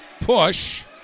push